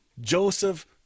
Joseph